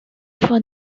for